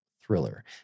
thriller